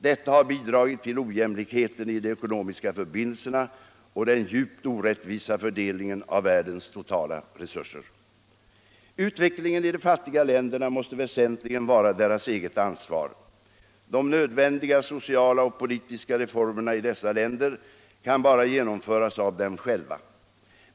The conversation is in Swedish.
Detta har bidragit till ojämlikheten i de ekonomiska förbindelserna och den djupt orättvisa fördelningen av världens totala resurser. Utvecklingen i de fattiga länderna måste väsentligen vara deras eget ansvar. De nödvändiga sociala och politiska reformerna i dessa länder kan bara genomföras av dem själva.